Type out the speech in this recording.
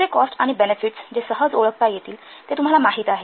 असे कॉस्ट आणि बेनेफिट्स जे सहज ओळखता येतील ते तुम्हाला माहित आहे